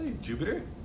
Jupiter